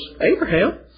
Abraham